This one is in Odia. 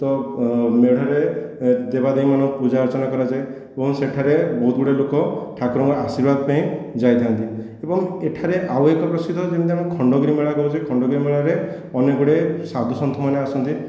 ତ ମେଢ଼ରେ ଦେବା ଦେବୀମାନଙ୍କୁ ପୂଜାଅର୍ଚ୍ଚନା କରାଯାଏ ଏବଂ ସେଠାରେ ବହୁତ ଗୁଡ଼ାଏ ଲୋକ ଠାକୁରଙ୍କର ଆଶୀର୍ବାଦ ପାଇଁ ଯାଇଥାନ୍ତି ଏବଂ ଏଠାରେ ଆଉ ଏକ ପ୍ରସିଦ୍ଧ ଯେମିତିକି ଆମର ଖଣ୍ଡଗିରି ମେଳା କହୁଛେ ଖଣ୍ଡଗିରି ମେଳାରେ ଅନେକ ଗୁଡ଼ିଏ ସାଧୁ ସନ୍ଥମାନେ ଆସନ୍ତି